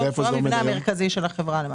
והוא המבנה המרכזי של החברה למעשה.